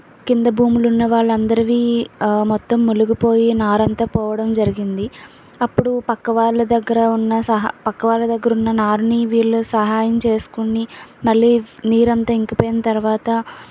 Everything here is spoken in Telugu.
కింద భూములు ఉన్న వాళ్ళ అందరివి మొత్తం మునిగిపోయి నారు అంతా పోవడం జరిగింది అప్పుడు పక్క వాళ్ళ దగ్గర ఉన్న సహాయ పక్క వాళ్ళ దగ్గర ఉన్న నారుని వీళ్ళు సహాయం చేసుకుని మళ్ళీ నీరు అంతా ఇంకిపోయిన తర్వాత